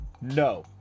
no